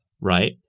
right